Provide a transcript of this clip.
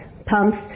pumps